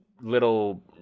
little